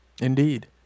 Indeed